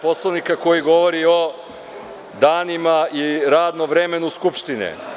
Poslovnika koji govori o danima i radnom vremenu Skupštine.